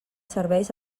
serveis